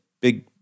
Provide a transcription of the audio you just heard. big